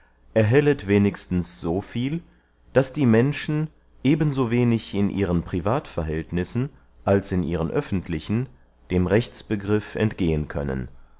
erhellet wenigstens so viel daß die menschen eben so wenig in ihren privatverhältnissen als in ihren öffentlichen dem rechtsbegriff entgehen können